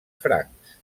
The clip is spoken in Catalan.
francs